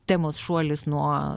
temos šuolis nuo